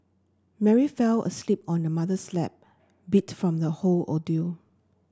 Mary fell asleep on her mother's lap beat from the whole ordeal